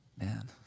Man